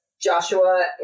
Joshua